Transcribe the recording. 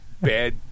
bad